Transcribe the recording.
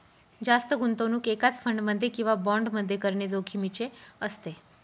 जास्त गुंतवणूक एकाच फंड मध्ये किंवा बॉण्ड मध्ये करणे जोखिमीचे असते